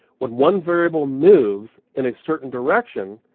when one variable moves in a certain direction,